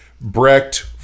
Brecht